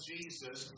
Jesus